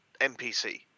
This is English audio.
NPC